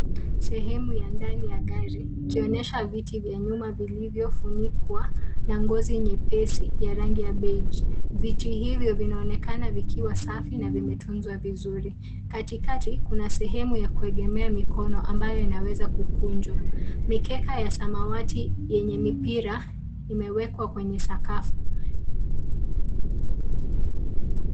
Sehemu ya ndani ya gari ikionyesha viti vya nyuma vilivyofunikwa na ngozi nyepesi ya rangi ya beji. Viti hivyo vinaonekana vikiwa safi na vimetunzwa vizuri. Katikati kuna sehemu ya kuegemea mikono ambayo inaweza kukunjwa. Mikeka ya samawati yenye mipira imewekwa kwenye sakafu.